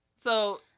So-